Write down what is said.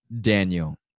Daniel